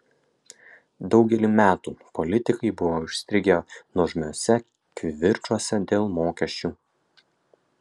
daugelį metų politikai buvo užstrigę nuožmiuose kivirčuose dėl mokesčių